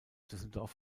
düsseldorf